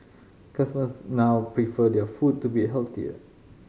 customers now prefer their food to be healthier